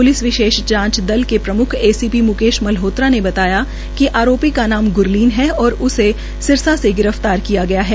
police विशेष जांच दल के प्रमुख A C P Mukesh Malhotra ने बताया कि आरोपी का नाम गुरलीन है और उसे सिरसा से गिरफ्तार किया गया है